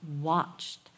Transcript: watched